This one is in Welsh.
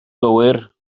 gywir